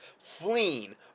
fleeing